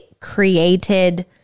created